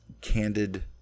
candid